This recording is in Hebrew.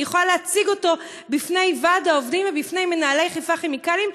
אני יכולה להציג אותו בפני ועד העובדים ובפני מנהלי "חיפה כימיקלים".